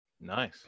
Nice